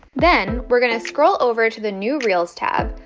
then we're going to scroll over to the new reels tab.